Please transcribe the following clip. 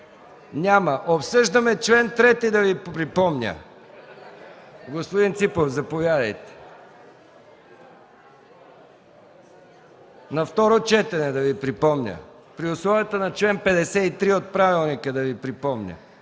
Няма. Обсъждаме чл. 3 – да Ви припомня. (Оживление.) Господин Ципов, заповядайте. На второ четене – да Ви припомня. При условията на чл. 53 от Правилника – да Ви припомня.